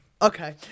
Okay